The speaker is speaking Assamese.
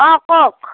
অ কওক